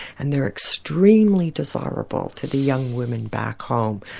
and they're extremely desirable to the young women back home.